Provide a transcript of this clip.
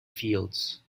fields